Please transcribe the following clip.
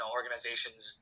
organizations